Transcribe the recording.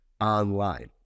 online